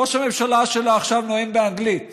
ראש הממשלה שלה עכשיו נואם באנגלית